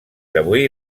avui